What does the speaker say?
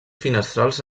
finestrals